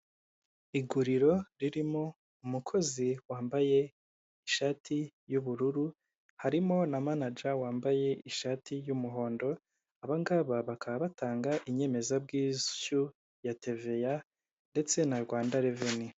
Iguriro ririmo umukozi wambaye ishati y'ubururu harimo na manaja wambaye ishati y'umuhondo, aba ngaba bakaba batanga inyemezabwishyu ya teveya ndetse na Rwanda reveni.